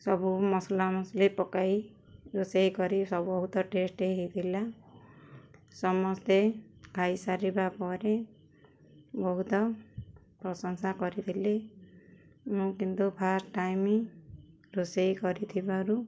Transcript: ସବୁ ମସଲାମସଲି ପକାଇ ରୋଷେଇ କରି ସବ ବହୁତ ଟେଷ୍ଟ ହେଇଥିଲା ସମସ୍ତେ ଖାଇସାରିବା ପରେ ବହୁତ ପ୍ରଶଂସା କରିଥିଲି ମୁଁ କିନ୍ତୁ ଫାଷ୍ଟ ଟାଇମ୍ ରୋଷେଇ କରିଥିବାରୁ